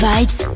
Vibes